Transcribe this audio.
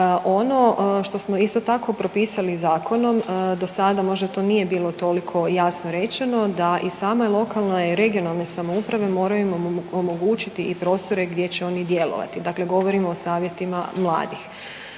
Ono što smo isto tako propisali zakonom, do sada možda to nije bilo toliko jasno rečeno, da i sama lokalne i regionalne samouprave moraju im omogućiti i prostore gdje će oni djelovati, dakle govorimo o savjetima mladih.